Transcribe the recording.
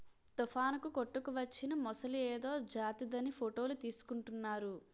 తుఫానుకు కొట్టుకువచ్చిన మొసలి ఏదో జాతిదని ఫోటోలు తీసుకుంటున్నారు